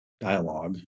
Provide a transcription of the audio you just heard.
dialogue